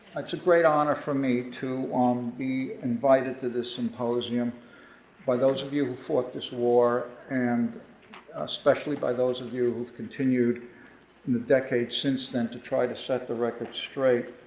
it's a great honor for me to um be invited to this symposium by those of you who fought this war and especially by those of you who continued in the decades since then to try to set the record straight.